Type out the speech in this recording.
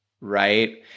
Right